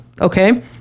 okay